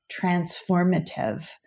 transformative